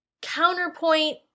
Counterpoint